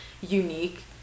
unique